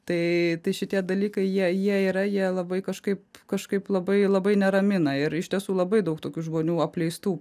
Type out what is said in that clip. tai tai šitie dalykai jie jie yra jie labai kažkaip kažkaip labai labai neramina ir iš tiesų labai daug tokių žmonių apleistų